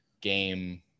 game